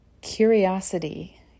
Curiosity